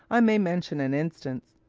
i may mention an instance.